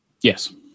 Yes